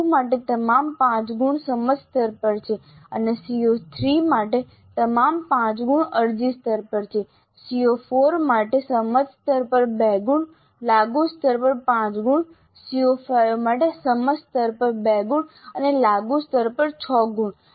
CO2 માટે તમામ 5 ગુણ સમજ સ્તર પર છે અને CO3 માટે તમામ 5 ગુણ અરજી સ્તર પર છે CO4 માટે સમજ સ્તર પર 2 ગુણ લાગુ સ્તર પર 5 ગુણ CO5 માટે સમજ સ્તર પર 2 ગુણ અને લાગુ સ્તર પર 6 ગુણ